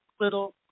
little –